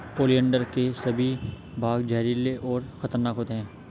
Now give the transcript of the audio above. oleander के सभी भाग जहरीले और खतरनाक होते हैं